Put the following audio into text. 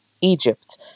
Egypt